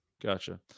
Gotcha